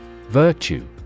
Virtue